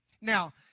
Now